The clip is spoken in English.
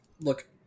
look